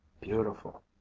Beautiful